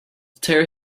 tear